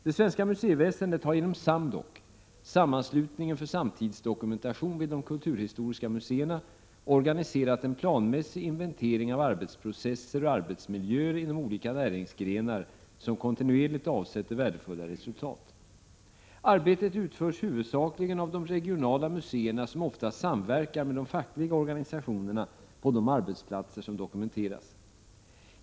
Det svenska museiväsendet har genom SAMDOK - sammanslutningen för samtidsdokumentation vid de kulturhistoriska museerna — organiserat en planmässig inventering av arbetsprocesser och arbetsmiljöer inom olika näringsgrenar, som kontinuerligt avsätter värdefulla resultat. Arbetet utförs huvudsakligen av de regionala museerna, som ofta samverkar med de fackliga organisationerna på de arbetsplatser som dokumenteras.